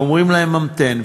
ואומרים להם "המתן",